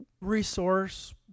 resource